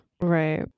Right